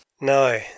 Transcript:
No